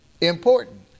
important